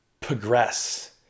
progress